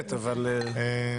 אבה,